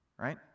right